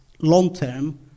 long-term